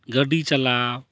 ᱜᱟᱹᱰᱤ ᱪᱟᱞᱟᱣ